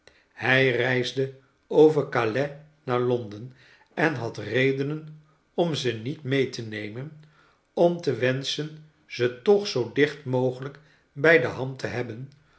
hij reisde over calais naar londen en had redenen om ze niet mee te nemen om te wenschen ze toch zoo dicht mogelijk bij de hand te hebben